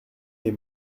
les